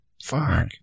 Fuck